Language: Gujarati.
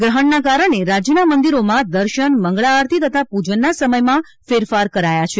ગ્રહણના કારણે રાજયનાં મંદિરોમાં દર્શન મંગળા આરતી તથા પૂજનના સમયમાં ફેરફાર કરાયા છે